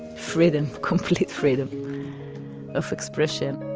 freedom, complete freedom of expression.